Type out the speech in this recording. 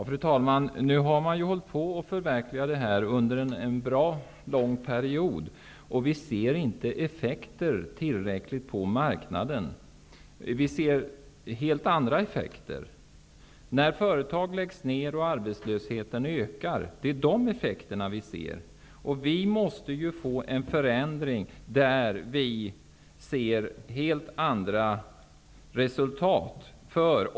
Fru talman! Man har ju varit sysselsatt med att förverkliga det här under bra lång tid. Men vi har ännu inte sett tillräckliga resultat av det arbetet på marknaden. Vad vi ser är i stället effekterna av företagsnedläggningar och av en ökande arbetslöshet. Det måste alltså till en förändring som ger helt andra resultat.